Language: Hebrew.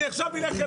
אני עכשיו הולך אליו.